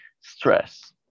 stress